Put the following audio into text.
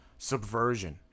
Subversion